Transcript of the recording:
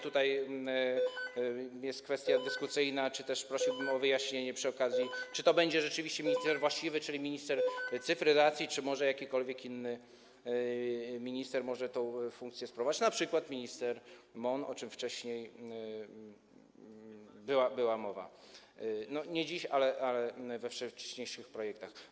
Tutaj jest kwestia dyskusyjna, przy okazji prosiłbym też o wyjaśnienie, czy to będzie rzeczywiście minister właściwy, czyli minister cyfryzacji, czy może jakikolwiek inny minister może tę funkcję sprawować, np. minister MON, o czym wcześniej była mowa, nie dziś, ale we wcześniejszych projektach.